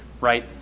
right